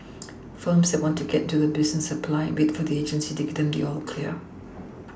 firms that want to get into the business apply and wait for the agency to give them the all clear